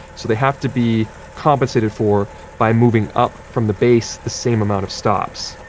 so they have to be compensated for by moving up from the base the same amount of stops.